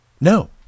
No